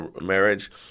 marriage